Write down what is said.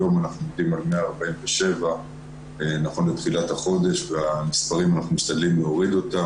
היום אנחנו עומדים על 147. אנחנו משתדלים להוריד את המספרים.